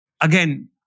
again